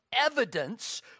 evidence